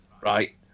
right